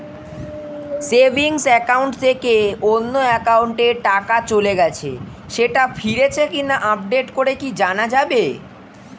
Savings account থেকে অন্য একাউন্টে টাকা চলে গেছে সেটা ফিরেছে কিনা আপডেট করে কি জানা যাবে?